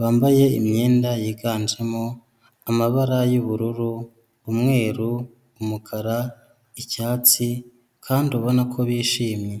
bambaye imyenda yiganjemo amabara y'ubururu, umweru, umukara, icyatsi kandi ubona ko bishimye.